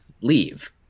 leave